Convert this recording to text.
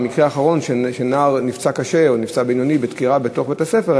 במקרה האחרון שנער נפצע קשה או נפצע בינוני בדקירה בתוך בית-ספר,